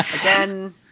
Again